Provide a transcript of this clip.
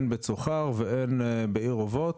הן בצוחר והן בעיר אובות.